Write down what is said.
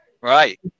right